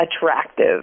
attractive